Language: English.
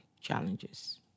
challenges